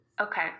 Okay